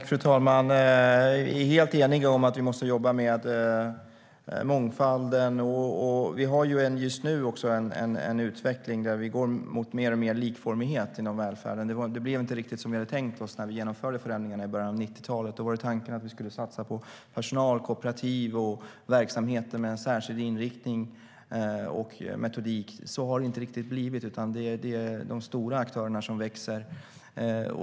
Fru talman! Vi är helt eniga om att vi måste jobba med mångfalden. Vi har just nu en utveckling där vi går mot mer och mer likformighet inom välfärden - det blev inte riktigt som vi hade tänkt oss när vi genomförde förändringarna i början av 1990-talet. Då var tanken att vi skulle satsa på personalkooperativ och verksamheter med särskild inriktning och metodik, och så har det inte riktigt blivit. I stället är det de stora aktörerna som växer.